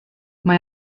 mae